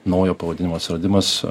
naujo pavadinimo atsiradimas